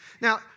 Now